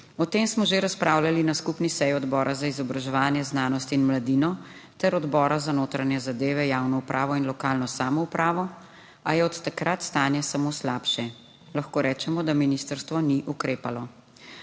O tem smo že razpravljali na skupni seji Odbora za izobraževanje, znanost in mladino ter Odbora za notranje zadeve, javno upravo in lokalno samoupravo, a je od takrat stanje samo slabše. Lahko rečemo, da ministrstvo ni ukrepalo.